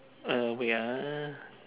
uh wait ah